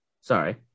sorry